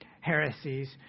heresies